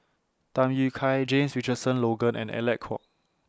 Tham Yui Kai James Richardson Logan and Alec Kuok